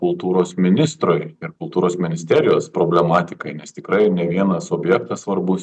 kultūros ministrui ir kultūros ministerijos problematikai nes tikrai ne vienas objektas svarbus